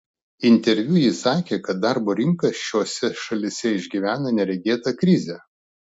interviu ji sakė kad darbo rinka šiose šalyse išgyvena neregėtą krizę